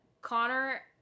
Connor